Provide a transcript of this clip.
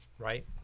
Right